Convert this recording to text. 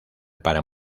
para